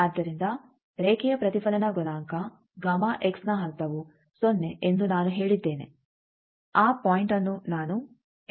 ಆದ್ದರಿಂದ ರೇಖೆಯ ಪ್ರತಿಫಲನ ಗುಣಾಂಕ ನ ಹಂತವು ಸೊನ್ನೆ ಎಂದು ನಾನು ಹೇಳಿದ್ದೇನೆ ಆ ಪಾಯಿಂಟ್ಅನ್ನು ನಾನು ಪಾಯಿಂಟ್ ಎಂದು ಕರೆಯುತ್ತಿದ್ದೇನೆ